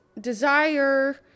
desire